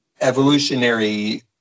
evolutionary